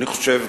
אני חושב,